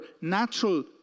natural